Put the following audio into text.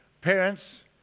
Parents